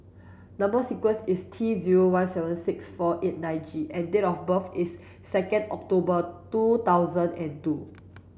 number sequence is T zero one seven six four eight nine G and date of birth is second October two thousand and two